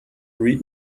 read